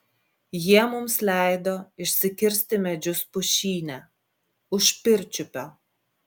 jie mums leido išsikirsti medžius pušyne už pirčiupio